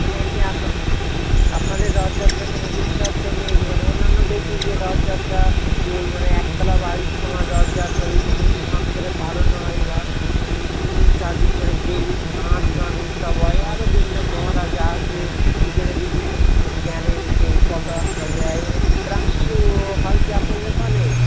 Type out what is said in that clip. মানে এমনি আপনাদের আপনাদের রথযাত্রা কোনো বিশেষত্ব নেই মানে অন্যান্য দেখি যে রথযাত্রা ওই মানে একতলা বাড়ির সমান রথযাত্রা ওই ধুমধাম করে পালন হয় বা তিন দিন চারদিন ধরে খুব নাচ গান উৎসব হয় আরও বিভিন্ন মহারাজা আসে সেখানে বিভিন্ন মানে জ্ঞানের কথাবাত্রা দেয়া মানে এরম কিছু হয় কি আপনাদের ওখানে